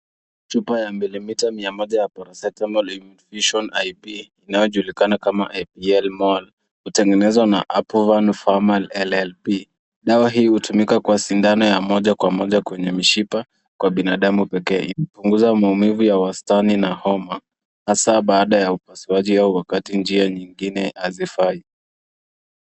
Chupa ya mililita mia moja (100 ml) ya Paracetamol infusion IV ,inayojulikana kama AELMOL, imetengenezwa na Approval and Formal LLP. Dawa hii hutumika kwa sindano ya moja kwa moja kwenye mishipa ya damu kwa binadamu. Inatumika kupunguza maumivu ya wastani na homa, hasa baada ya upasuaji au wakati njia nyinginei hazifai.